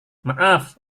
maaf